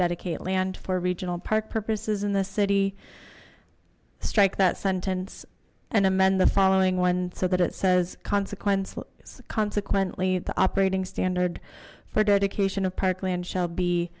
dedicate land for regional park purposes in the city strike that sentence and amend the following one so that it says consequences consequently the operating standard for dedication of parkland shall be